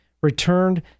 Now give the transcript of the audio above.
returned